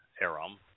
Aram